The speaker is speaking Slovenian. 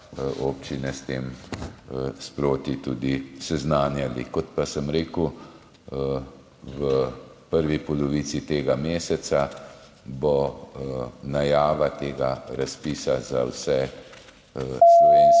občine s tem sproti tudi seznanjali. Kot pa sem rekel, v prvi polovici tega meseca bo najava tega razpisa za vse slovenske